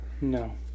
No